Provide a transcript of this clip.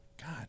God